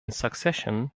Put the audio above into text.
succession